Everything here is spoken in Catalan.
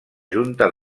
junta